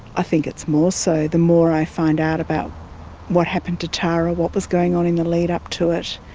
i think it's more so, the more i find out about what happened to tara, what was going on in the lead-up to it,